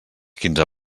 quinze